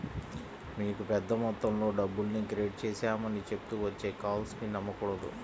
మీకు పెద్ద మొత్తంలో డబ్బుల్ని క్రెడిట్ చేశామని చెప్తూ వచ్చే కాల్స్ ని నమ్మకూడదు